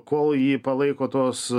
kol jį palaiko tos